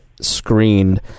screened